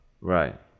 Right